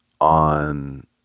on